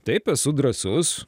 taip esu drąsus